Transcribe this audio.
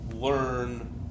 learn